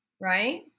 right